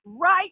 right